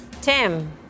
Tim